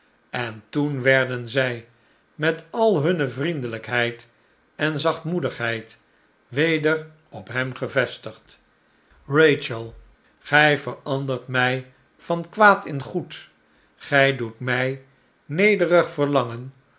en toen werden zij met al hunne viiendelijkheid en zachtmoedigheid weder op hem gevestigd rachel gij verandert mij van kwaad in goed gij doet mij nederig verlangen